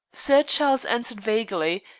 sir charles answered vaguely,